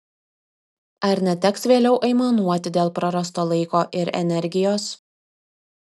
ar neteks vėliau aimanuoti dėl prarasto laiko ir energijos